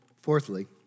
Fourthly